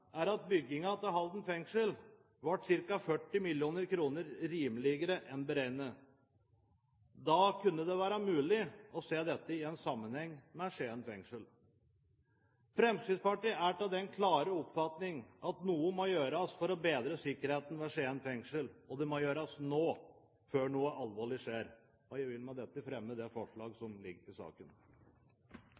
er at byggingen av Halden fengsel ble ca. 40 mill. kr rimeligere enn beregnet. Da kunne det vært mulig å se dette i en sammenheng med Skien fengsel. Fremskrittspartiet er av den klare oppfatning at noe må gjøres for å bedre sikkerheten ved Skien fengsel, og det må gjøres nå før noe alvorlig skjer. Jeg vil med dette fremme forslaget fra Fremskrittspartiet i saken.